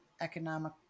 economic